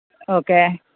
okay